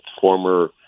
former